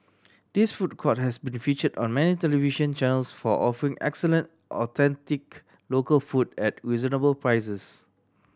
this food court has been featured on many television channels for offering excellent authentic local food at reasonable prices